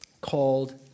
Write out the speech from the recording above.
called